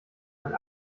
ein